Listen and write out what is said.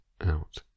out